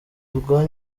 bwa